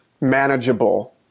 manageable